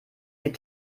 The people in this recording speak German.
die